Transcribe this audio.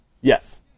Yes